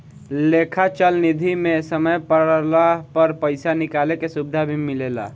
लेखा चल निधी मे समय पड़ला पर पइसा निकाले के सुविधा भी मिलेला